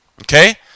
okay